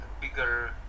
bigger